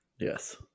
yes